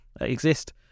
exist